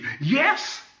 yes